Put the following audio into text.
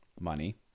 money